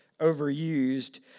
overused